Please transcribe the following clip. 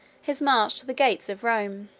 his march to the gates of rome.